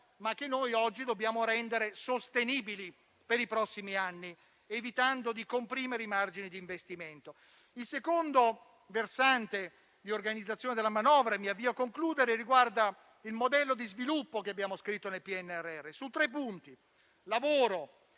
ma che oggi dobbiamo rendere sostenibili per i prossimi anni, evitando di comprimere i margini di investimento. Il secondo versante di organizzazione della manovra riguarda il modello di sviluppo che abbiamo scritto nel PNRR su tre punti: lavoro,